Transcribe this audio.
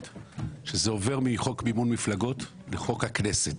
- שזה עובר מחוק מימון מפלגות לחוק הכנסת,